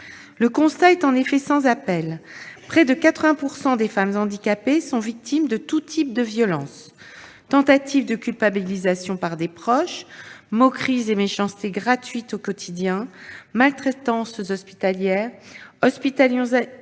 Le constat est en effet sans appel : près de 80 % des femmes handicapées sont victimes de tous types de violences : tentatives de culpabilisation par des proches, moqueries et méchancetés gratuites au quotidien, maltraitances hospitalières, hospitalisations